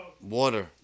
water